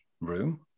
room